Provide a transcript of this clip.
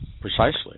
Precisely